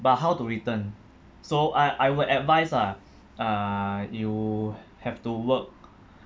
but how to return so I I will advise lah uh you have to work